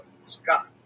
Scott